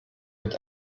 mit